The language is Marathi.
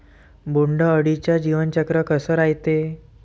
बोंड अळीचं जीवनचक्र कस रायते?